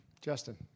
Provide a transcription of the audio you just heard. Justin